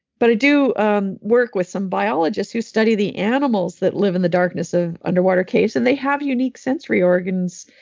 but i do um work with some biologists who study the animals that live in the darkness of underwater caves, and they have unique sensory organs.